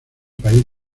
país